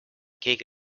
keegi